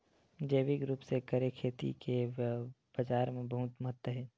जैविक रूप से करे खेती के बाजार मा बहुत महत्ता हे